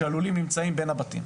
כשהלולים נמצאים בין הבתים.